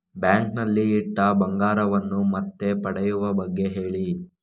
bank ನಲ್ಲಿ ಇಟ್ಟ ಬಂಗಾರವನ್ನು ಮತ್ತೆ ಪಡೆಯುವ ಬಗ್ಗೆ ಹೇಳಿ